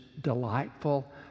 delightful